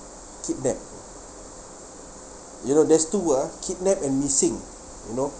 kidnap you know there's two ah kidnap and missing you know